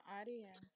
audience